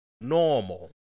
normal